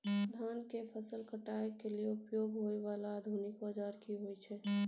धान के फसल काटय के लिए उपयोग होय वाला आधुनिक औजार की होय छै?